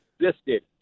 existed